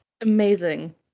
Amazing